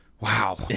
Wow